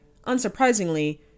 unsurprisingly